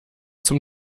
zum